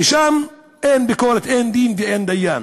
ושם אין ביקורת, אין דין ואין דיין.